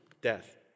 death